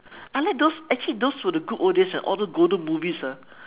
I like those those actually those were the good old days where all those golden movies ah